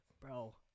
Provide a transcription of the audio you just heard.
bro